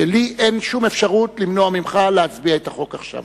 שלי אין שום אפשרות למנוע ממך להצביע את החוק עכשיו.